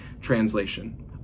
translation